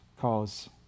cause